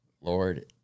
Lord